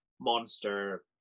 monster